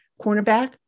cornerback